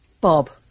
Bob